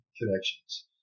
connections